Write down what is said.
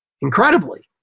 Incredibly